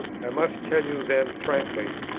i must tell you then frankly,